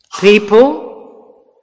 People